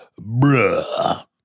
Bruh